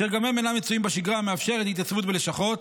וגם הם אינם מצויים בשגרה המאפשרת התייצבות בלשכות